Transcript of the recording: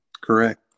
correct